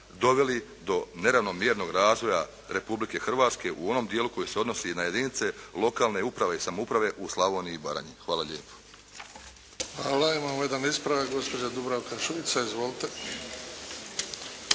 doveli do neravnomjernog razvoja Republike Hrvatske u onom dijelu koji se odnosi na jedinice lokalne uprave i samouprave u Slavoniji i Baranji. Hvala lijepo. **Bebić, Luka (HDZ)** Hvala. Imamo jedan ispravak, gospođa Drubravka Šuica. Izvolite.